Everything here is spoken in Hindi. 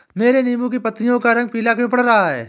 मेरे नींबू की पत्तियों का रंग पीला क्यो पड़ रहा है?